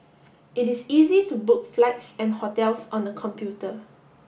it is easy to book flights and hotels on the computer